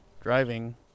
driving